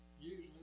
usually